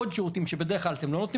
עוד שירותים שבדרך כלל אתם לא נותנים